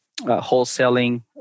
wholesaling